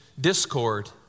discord